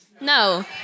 No